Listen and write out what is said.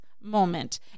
moment